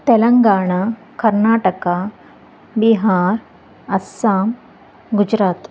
Telangana Karnataka Bihar Assam Gujarat